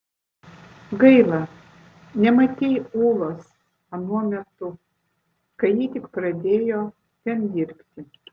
gaila nematei ulos anuo metu kai ji tik pradėjo ten dirbti